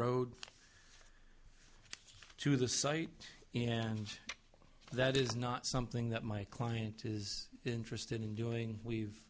road to the site and that is not something that my client is interested in doing we've